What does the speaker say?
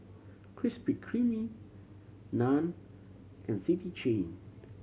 Krispy Kreme Nan and City Chain